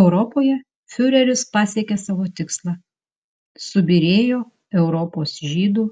europoje fiureris pasiekė savo tikslą subyrėjo europos žydų